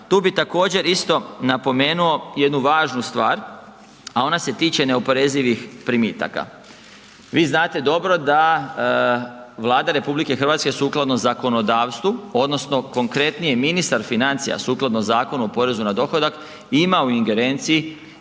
tu bi također isto napomenuo jednu važnu stvar, a ona se tiče neoporezivih primitaka. Vi znate dobro da Vlada RH sukladno zakonodavstvu odnosno konkretnije ministar financija sukladno Zakonu o porezu na dohodak ima u ingerenciji